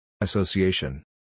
Association